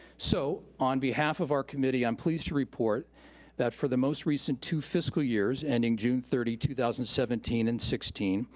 so on behalf of our committee, i'm pleased to report that for the most recent two fiscal years, ending june thirty, two thousand seventeen and sixteen,